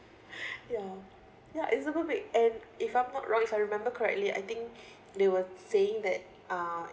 ya ya it's super big and if I'm not wrong if I remember correctly I think they were saying that uh